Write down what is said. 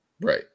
right